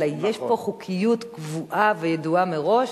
אלא יש פה חוקיות קבועה וידועה מראש,